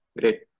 great